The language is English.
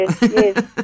yes